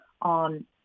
on